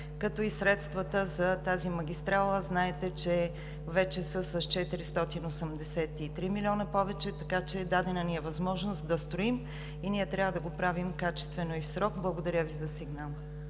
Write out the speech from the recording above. като и средствата за нея, знаете, че вече са с 483 милиона повече. Така че дадена ни е възможност да строим и трябва да го правим качествено и в срок. Благодаря Ви за сигнала.